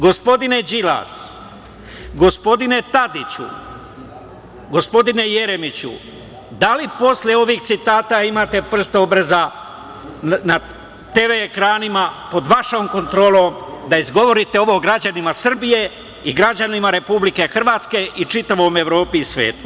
Gospodine Đilas, gospodine Tadiću, gospodine Jeremiću, da li posle ovih citata imate prst obraza na TV ekranima pod vašom kontrolom da izgovorite ovo građanima Srbije i građanima Republike Hrvatske i čitavoj Evropi i svetu?